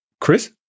Chris